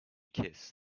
kiss